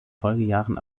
folgejahren